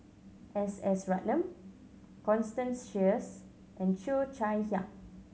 S S Ratnam Constance Sheares and Cheo Chai Hiang